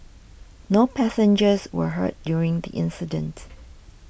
no passengers were hurt during the incident